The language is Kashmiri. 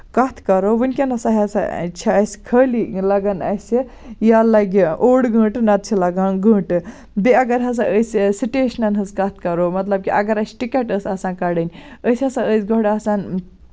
کَتھ کرو ؤنکیٚس ہسا نہ سا چھےٚ اَسہِ خٲلی لگان اَسہِ یا لَگہِ اوٚڑ گٲنٹہٕ نتہٕ چھُ لگان گٲنٹہٕ بیٚیہِ اَگر ہسا أسۍ سِٹیشنن ہنٛز کَتھ کرو مطلب کہِ اَگر اَسہِ ٹِکیٹ ٲس آسان کَڑںۍ أسۍ ہسا ٲسۍ گۄڈٕ آسان